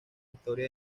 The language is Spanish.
historia